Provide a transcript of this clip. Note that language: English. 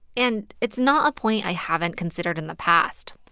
and it's not a point i haven't considered in the past.